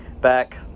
back